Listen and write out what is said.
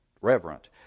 reverent